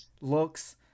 looks